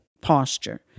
posture